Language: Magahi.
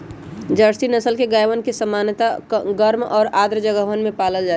जर्सी नस्ल के गायवन के सामान्यतः गर्म और आर्द्र जगहवन में पाल्ल जाहई